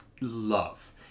love